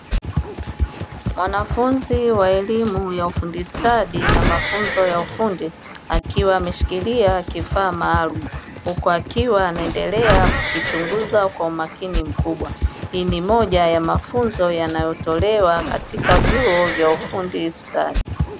Mwanafunzi wa elimu ya ufundi stadi na mafunzo ya ufundi, akiwa ameshikilia kifaa maalumu huku akiwa anaendelea kukichunguza kwa umakini mkubwa, hii ni moja ya mafunzo yanayotolewa katika vyuo vya ufundi stadi.